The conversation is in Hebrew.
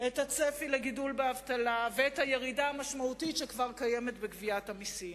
את הצפי לגידול באבטלה ואת הירידה המשמעותית שכבר קיימת בגביית המסים.